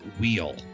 wheel